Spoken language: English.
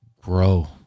grow